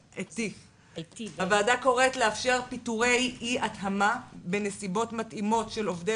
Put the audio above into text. הוועדה קוראת לאפשר פיטורי אי-התאמה של עובדי